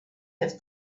have